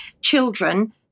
children